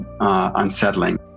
unsettling